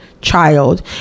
child